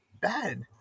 bad